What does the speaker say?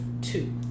two